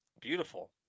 Beautiful